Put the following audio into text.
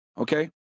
Okay